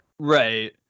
right